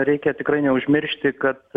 reikia tikrai neužmiršti kad